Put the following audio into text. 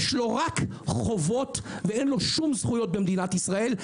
יש לו רק חובות ואין לו שום זכויות במדינת ישראל.